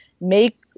make